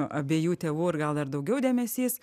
abiejų tėvų ir gal dar daugiau dėmesys